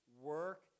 Work